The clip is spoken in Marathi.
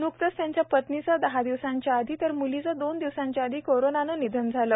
न्कतेच त्यांच्या पत्नीचे दहा दिवस आधी तर मुलीचे दोन दिवस आधी कोरोनाने निधन झाले